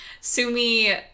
Sumi